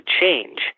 change